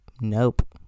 nope